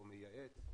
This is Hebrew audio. או מייעץ,